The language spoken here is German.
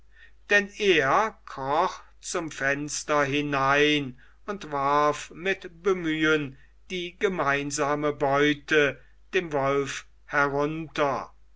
denn er kroch zum fenster hinein und warf mit bemühen die gemeinsame beute dem wolf herunter